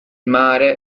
mare